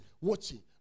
watching